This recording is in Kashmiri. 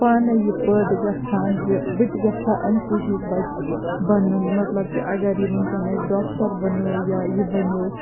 پاناے یہِ پٲدٕ گَژھان زِ بہٕ تہِ گَژھہٕ ہا أمسٕے ہیٚو بَچہٕ بَنُن مَطلَب کہِ اَگَر یہِ وٕنکیٚنَس ڈاکٹَر بَنیٚو یا یہِ بَنیٚو